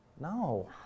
No